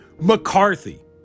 McCarthy